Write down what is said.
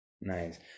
Nice